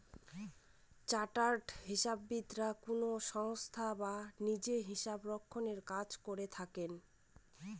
chartered হিসাববিদরা কোনো সংস্থায় বা নিজে হিসাবরক্ষনের কাজ করে থাকেন